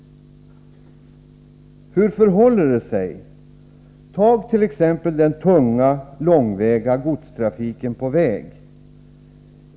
Hur förhåller det sig med detta? den tunga, långväga godstrafiken på vägarna!